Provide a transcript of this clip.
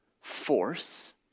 force